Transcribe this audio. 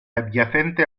adyacente